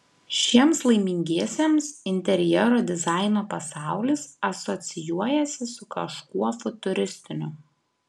šiems laimingiesiems interjero dizaino pasaulis asocijuojasi su kažkuo futuristiniu